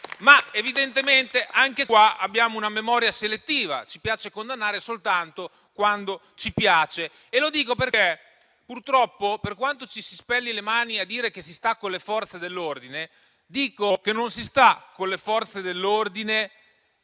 Evidentemente, anche qua, abbiamo una memoria selettiva: ci piace condannare soltanto quando ci piace. Lo dico perché, purtroppo, per quanto ci si spelli le mani a dire che si sta con le Forze dell'ordine, dico che non si sta con le Forze dell'ordine